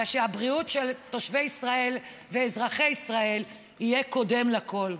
ושהבריאות של תושבי ישראל ושל אזרחי ישראל תהיה קודמת לכול.